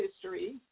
history